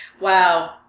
Wow